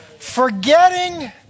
Forgetting